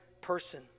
person